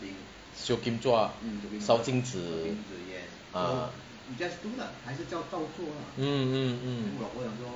sio kim zua 烧金纸 ah hmm mm mm